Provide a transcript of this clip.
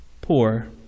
poor